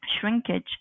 shrinkage